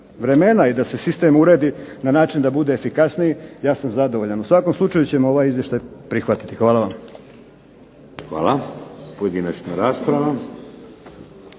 i da se sistem uredi na način da bude efikasniji, ja sam zadovoljan. U svakom slučaju ćemo ovaj izvještaj prihvatiti. Hvala vam.